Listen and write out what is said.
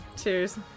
Cheers